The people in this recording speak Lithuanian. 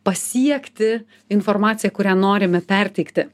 pasiekti informacija kurią norime perteikti